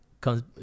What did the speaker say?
comes